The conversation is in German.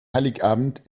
heiligabend